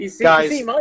guys